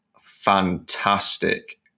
fantastic